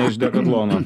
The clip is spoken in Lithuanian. ne iš dekatlono